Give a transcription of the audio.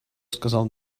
сказал